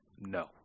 No